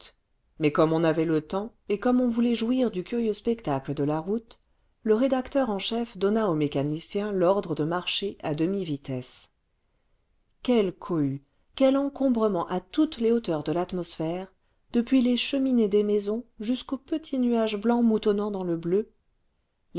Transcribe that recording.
mais comme on avait le temps et comme on voulait jouir du curieux spectacle de la route le rédacteur en chef donna au mécanicien l'ordre de marcher à demi vitesse quelle cohue quel encombrement à toutes les hauteurs de l'atmosphère depuis les cheminées des maisons jusqu'aux petits nuages blancs moutonnant dans le bleu